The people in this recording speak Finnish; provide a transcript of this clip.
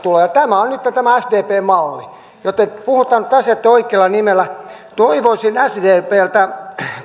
tämä on nyt sdpn malli joten puhutaan nyt asioitten oikeilla nimillä toivoisin sdpltä